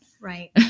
Right